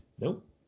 nope